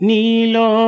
Nilo